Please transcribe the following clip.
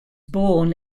born